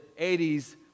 80s